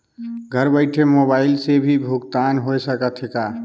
घर बइठे मोबाईल से भी भुगतान होय सकथे का?